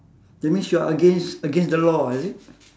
that means you are against against the law is it